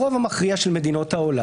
הרוב המכריע של מדינות העולם,